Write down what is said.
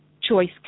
choice